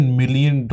million